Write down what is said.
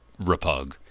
repug